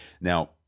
now